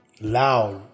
Loud